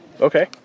Okay